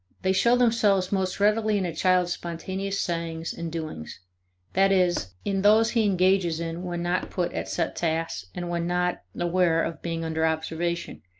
they show themselves most readily in a child's spontaneous sayings and doings that is, in those he engages in when not put at set tasks and when not aware of being under observation.